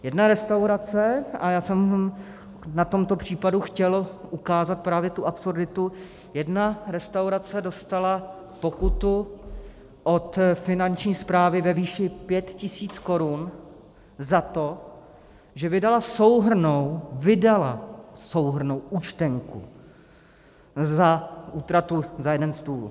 Jedna restaurace a já jsem na tomto případu chtěl ukázat právě tu absurditu jedna restaurace dostala pokutu od Finanční správy ve výši 5 tisíc korun za to, že vydala souhrnnou vydala souhrnnou účtenku za útratu za jeden stůl.